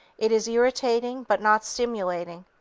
it is irritating but not stimulating.